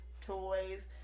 toys